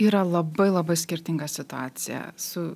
yra labai labai skirtinga situacija su